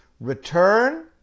return